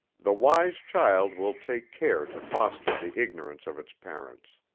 the wise child will take care to foster the ignorance of its parents.